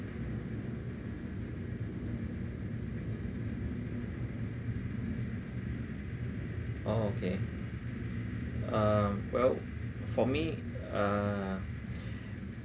oh okay um well for me uh